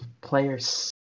players